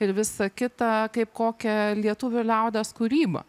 ir visa kita kaip kokią lietuvių liaudies kūrybą